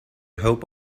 hope